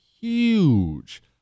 huge